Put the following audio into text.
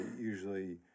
usually